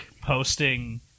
posting –